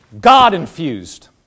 God-infused